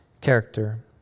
character